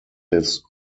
his